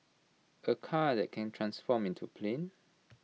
A car that can transform into A plane